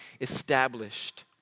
established